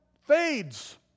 fades